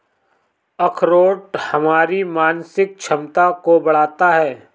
अखरोट हमारी मानसिक क्षमता को बढ़ाता है